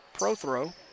Prothrow